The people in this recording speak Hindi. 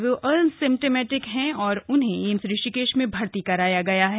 वे एसिम्प्टोमैटिक हैं और उन्हें एम्स ऋषिकेश में भर्ती करया गया है